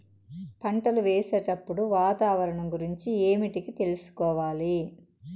పంటలు వేసేటప్పుడు వాతావరణం గురించి ఏమిటికి తెలుసుకోవాలి?